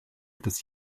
des